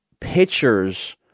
Pictures